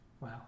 Wow